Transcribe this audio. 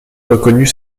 reconnut